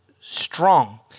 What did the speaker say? strong